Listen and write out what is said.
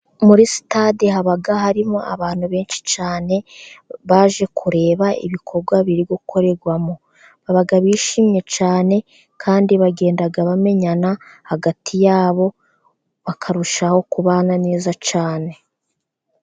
Muri sitade haba harimo abantu benshi cyane baje kureba ibikorwa biri gukorerwamo, baba bishimye cyane kandi bagenda bamenyana hagati yabo bakarushaho kubana neza cyane.